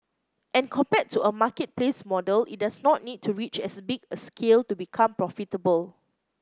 and compared to a marketplace model it does not need to reach as big a scale to become profitable